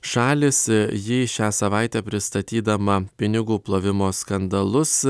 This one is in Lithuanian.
šalys ji šią savaitę pristatydama pinigų plovimo skandalus